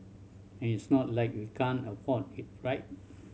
and it's not like we can't afford it right